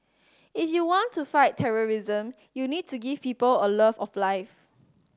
if you want to fight terrorism you need to give people a love of life